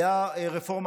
הייתה רפורמה,